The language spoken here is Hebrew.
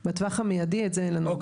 בטווח המיידי את זה אין לנו עדיין.